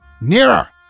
Nearer